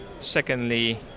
Secondly